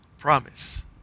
promise